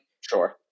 Sure